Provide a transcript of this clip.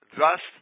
thus